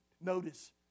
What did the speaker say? Notice